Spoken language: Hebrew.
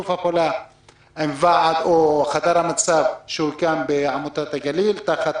הוקם חדר מצב בעמותת הגליל תחת